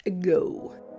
go